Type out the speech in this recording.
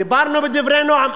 דיברנו בנועם.